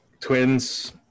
Twins